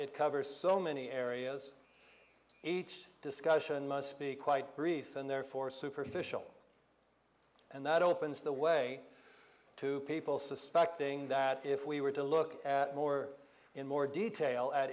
it covers so many areas each discussion must be quite brief and therefore superficial and that opens the way to people suspecting that if we were to look at more in more detail at